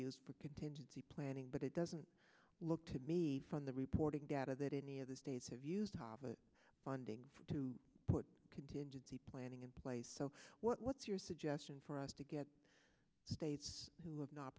used for contingency planning but it doesn't look to me from the reporting data that any other states have used hobbit funding to put contingency planning in place so what's your suggestion for us to get states who have not